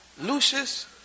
Lucius